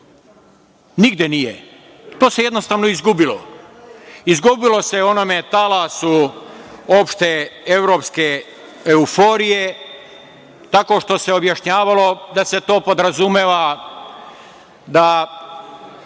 Nigde nije, to se jednostavno izgubilo. Izgubilo se u onom talasu opšte evropske euforije, tako što se objašnjavalo da se to podrazumeva da